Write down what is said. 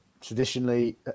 traditionally